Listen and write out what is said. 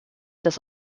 das